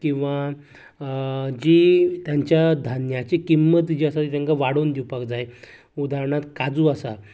किंवां जी तांच्या धान्याची किंमत जी आसा तेंका वाडोवन दिवपाक जाय उदारणांत काजू आसा